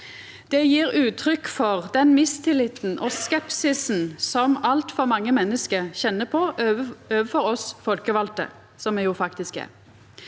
Det gjev uttrykk for den mistilliten og skepsisen som altfor mange menneske kjenner på overfor oss folkevalde, som me jo faktisk er.